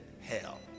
hell